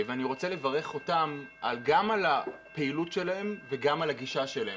ואני רוצה לברך אותם גם על הפעילות שלהם וגם על הגישה שלהם.